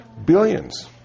Billions